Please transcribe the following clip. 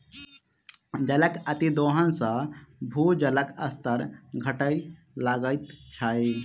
जलक अतिदोहन सॅ भूजलक स्तर घटय लगैत छै